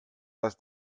dass